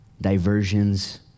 diversions